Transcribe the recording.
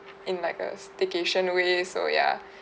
in like a staycation away so ya